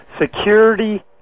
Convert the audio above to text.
Security